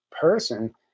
person